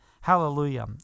Hallelujah